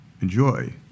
enjoy